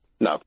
No